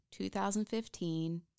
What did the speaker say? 2015